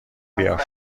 بیار